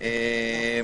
7(2)